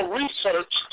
research